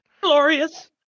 Glorious